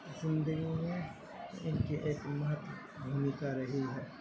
زندگی میں ان کی ایک مہتو بھومکا رہی ہے